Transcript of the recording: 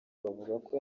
bavuga